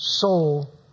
soul